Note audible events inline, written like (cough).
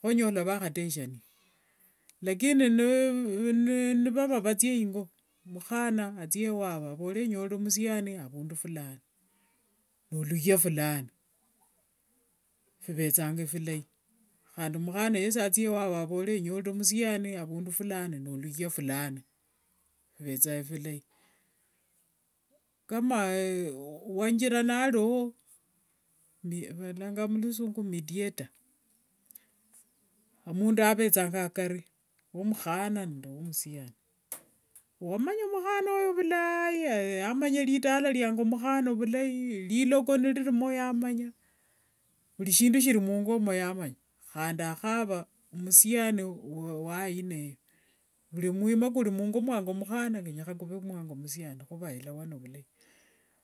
kho onyola vakhateshania, (hesitation) mukhana athie wavu avole anyorere musiani avundu fulani noluyha fulani. fivethanga filai khandi mukhana yesi athie wavu avole anyorere musiani avundu fulani ninoluyha fulani, fivethangaa filai, kama wanjira nariwo, valanganga mulusungu mediator, omundu avethanga akari womukhana nde womusiani, wamanya mukhana oyo vulai, wamanya ritala riangu mukhana vilayi riloko niririmo yamanya, vuri shindu shiri mungo omo yamanya, khandi akhava musiani we aina eyo vuri mwima kuri mwingo mwavu mukhana kenyekhana kuve mwavumusiani khuvelewane,